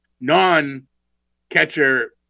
non-catcher